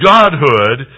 Godhood